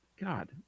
God